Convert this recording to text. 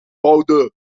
verboden